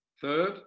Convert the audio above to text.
Third